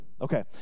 Okay